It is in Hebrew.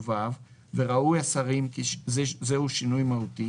או (ו) וראו השרים כי זהו שינוי מהותי,